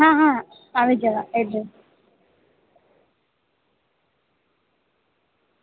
હા હા આવી જાઉં